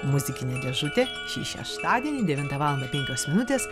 muzikinė dėžutė šį šeštadienį devintą valandą penkios minutės